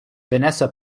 vanessa